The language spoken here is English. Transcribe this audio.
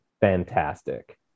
fantastic